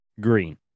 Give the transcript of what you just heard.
Green